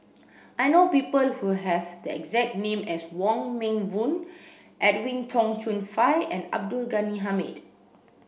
I know people who have the exact name as Wong Meng Voon Edwin Tong Chun Fai and Abdul Ghani Hamid